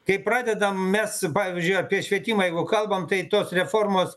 kai pradedam mes pavyzdžiui apie švietimą jeigu kalbam tai tos reformos